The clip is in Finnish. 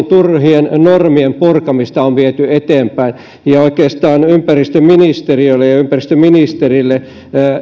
turhien normien purkamista on viety eteenpäin ja oikeastaan ympäristöministeriön ja ja ympäristöministerin